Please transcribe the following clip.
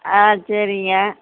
ஆ சரிங்க